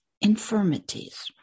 Infirmities